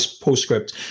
postscript